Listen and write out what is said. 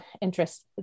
interest